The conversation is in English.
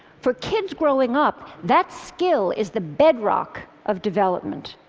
for kids growing up, that skill is the bedrock of development.